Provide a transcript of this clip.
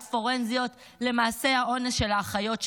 פורנזיות למעשי האונס של האחיות שלנו?